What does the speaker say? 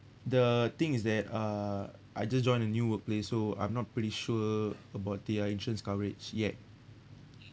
the thing is that uh I just join a new workplace so I'm not pretty sure about their insurance coverage yet